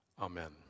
Amen